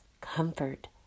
comfort